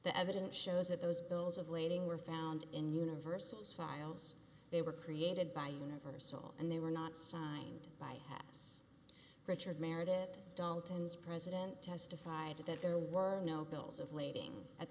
the evidence shows that those bills of lading were found in universal's files they were created by universal and they were not signed by hass richard meredith dalton's president testified that there were no bills of lading at